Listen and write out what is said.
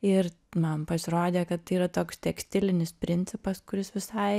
ir man pasirodė kad tai yra toks tekstilinis principas kuris visai